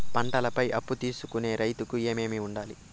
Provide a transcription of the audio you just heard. పంటల పై అప్పు తీసుకొనేకి రైతుకు ఏమేమి వుండాలి?